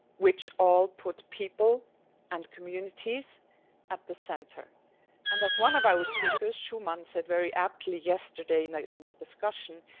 which all put people and communities at the center and as one of our speakers, schoeman said very aptly yesterday you know in the discussion,